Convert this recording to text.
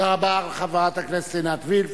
תודה רבה, חברת הכנסת עינת וילף.